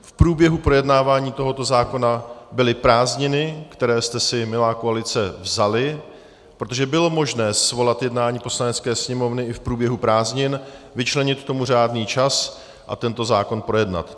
V průběhu projednávání tohoto zákona byly prázdniny, které jste si, milá koalice, vzali, protože bylo možné svolat jednání Poslanecké sněmovny i v průběhu prázdnin, vyčlenit tomu řádný čas a tento zákon projednat.